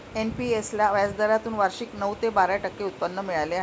NPS ला व्याजदरातून वार्षिक नऊ ते बारा टक्के उत्पन्न मिळाले आहे